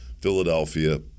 Philadelphia